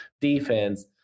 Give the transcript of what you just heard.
defense